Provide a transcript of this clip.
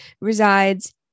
resides